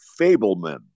Fableman